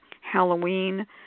Halloween